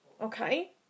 okay